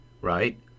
right